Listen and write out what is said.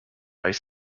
ice